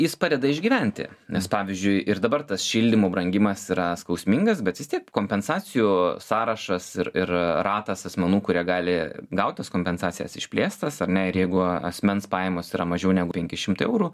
jis padeda išgyventi nes pavyzdžiui ir dabar šildymo brangimas yra skausmingas bet vis tiek kompensacijų sąrašas ir ir ratas asmenų kurie gali gaut tas kompensacijas išplėstas ar ne ir jeigu asmens pajamos yra mažiau negu penki šimtai eurų